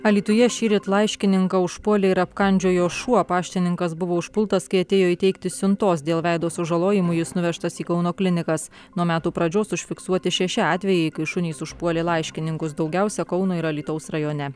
alytuje šįryt laiškininką užpuolė ir apkandžiojo šuo paštininkas buvo užpultas kai atėjo įteikti siuntos dėl veido sužalojimų jis nuvežtas į kauno klinikas nuo metų pradžios užfiksuoti šeši atvejai kai šunys užpuolė laiškininkus daugiausia kauno ir alytaus rajone